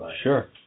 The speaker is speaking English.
Sure